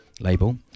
label